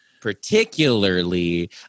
particularly